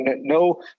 No